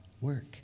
work